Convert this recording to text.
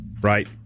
right